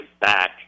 back